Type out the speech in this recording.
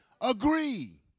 Agree